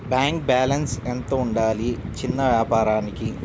Bank balance ఎంత ఉండాలి చిన్న వ్యాపారానికి?